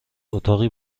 اتاقی